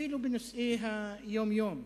ואפילו בנושאי היום-יום.